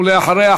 ואחריה,